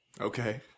Okay